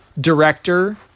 Director